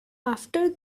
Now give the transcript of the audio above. after